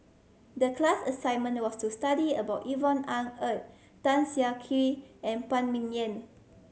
the class assignment was to study about Yvonne Ng Uhde Tan Siah Kwee and Phan Ming Yen